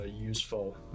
useful